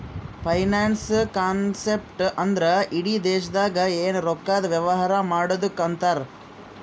finance concept ಅಂದ್ರ ಇಡಿ ದೇಶ್ದಾಗ್ ಎನ್ ರೊಕ್ಕಾದು ವ್ಯವಾರ ಮಾಡದ್ದುಕ್ ಅಂತಾರ್